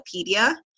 Wikipedia